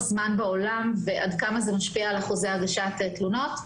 זמן בעולם ועד כמה זה משפיע על אחוזי הגשת תלונות.